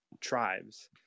tribes